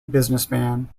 businessman